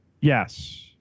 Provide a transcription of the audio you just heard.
Yes